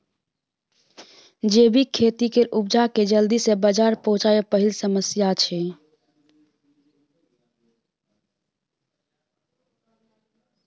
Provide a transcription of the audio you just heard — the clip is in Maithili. जैबिक खेती केर उपजा केँ जल्दी सँ बजार पहुँचाएब पहिल समस्या छै